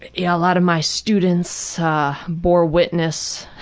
yeah a lot of my students ah, bore witness,